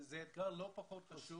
זה אתגר לא פחות חשוב.